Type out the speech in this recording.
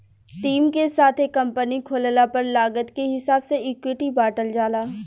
team के साथे company खोलला पर लागत के हिसाब से इक्विटी बॉटल जाला